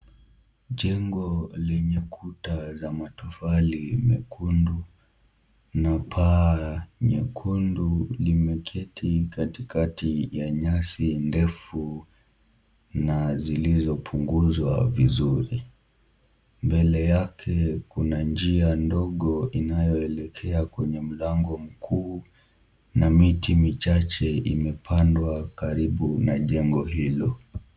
Jengo lenye kuta za matofali mekundu na paa nyekundu limeketi katikati ya nyasi ndefu na zilizopunguzwa vizuri, mbele yake kuna njia ndogo inayoelekea kwenye mlango mkuu na miti michache imepandwa karibu na jengo hilo.